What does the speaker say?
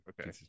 Okay